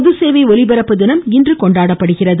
பொதுசேவை ஒலிபரப்பு தினம் இன்று கொண்டாடப்படுகிறது